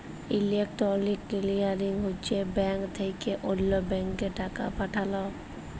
electronic clearing হছে bank থ্যাকে অল্য ব্যাংকে টাকা পাঠাল